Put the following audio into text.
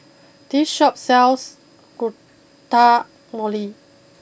this Shop sells Guacamole